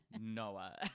Noah